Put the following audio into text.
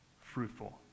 fruitful